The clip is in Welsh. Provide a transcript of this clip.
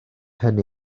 hynny